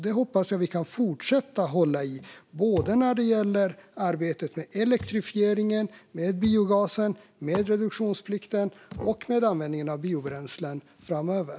Det hoppas jag att vi kan fortsätta hålla i när det gäller arbetet med elektrifieringen, med biogasen, med reduktionsplikten och med användningen av biobränslen framöver.